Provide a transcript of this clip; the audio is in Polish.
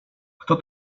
kto